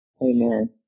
Amen